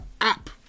app